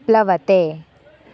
प्लवते